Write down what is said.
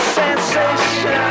sensation